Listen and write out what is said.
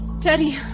Teddy